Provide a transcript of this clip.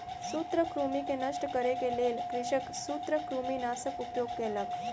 सूत्रकृमि के नष्ट करै के लेल कृषक सूत्रकृमिनाशकक उपयोग केलक